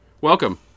Welcome